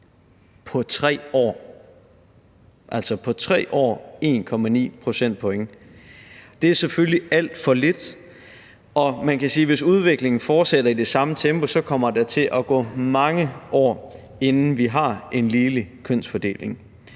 på 3 år – altså på 3 år: 1,9 procentpoint. Det er selvfølgelig alt for lidt, og man kan sige, at hvis udviklingen fortsætter i det samme tempo, kommer der til at gå mange år, inden vi har en ligelig kønsfordeling.